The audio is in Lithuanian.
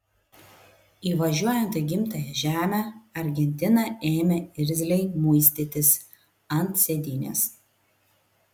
įvažiuojant į gimtąją žemę argentina ėmė irzliai muistytis ant sėdynės